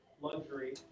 luxury